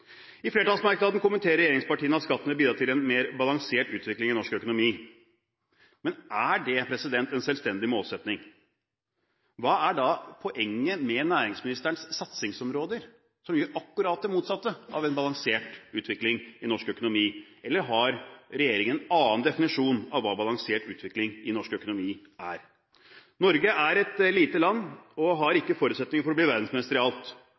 en flertallsmerknad kommenterer regjeringspartiene at skatten vil bidra til en mer balansert utvikling i norsk økonomi. Men er det en selvstendig målsetting? Hva er da poenget med næringsministerens satsingsområder – som innebærer akkurat det motsatte av en balansert utvikling i norsk økonomi? Eller har regjeringen en annen definisjon av hva balansert utvikling i norsk økonomi er? Norge er et lite land, og vi har ikke forutsetninger for å bli verdensmester i alt.